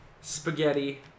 spaghetti